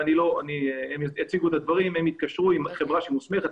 הם התקשרו עם חברה שמוסמכת.